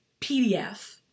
pdf